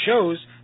shows